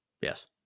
Yes